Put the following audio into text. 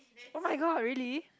oh-my-god really